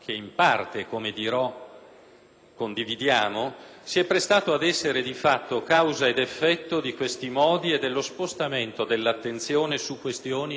condividiamo, si è prestato ad essere di fatto causa ed effetto di questi modi e dello spostamento dell'attenzione su questioni non sostanziali.